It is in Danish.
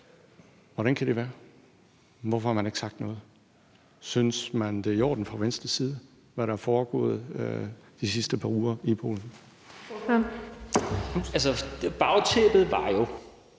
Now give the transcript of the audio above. Hvordan kan det være? Hvorfor har man ikke sagt noget? Synes man fra Venstres side, at det, der er foregået de sidste par uger i Polen,